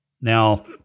Now